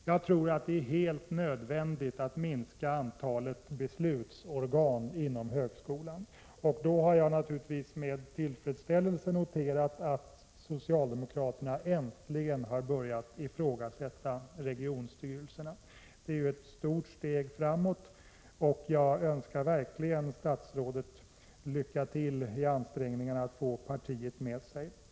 Jag tror att det är helt nödvändigt att minska antalet beslutsorgan inom högskolan. Jag har därför naturligtvis med tillfredsställelse noterat att socialdemokraterna äntligen har börjat ifrågasätta regionstyrelserna. Detta är ett stort steg framåt, och jag önskar verkligen statsrådet lycka till med ansträngningarna att få partiet med sig.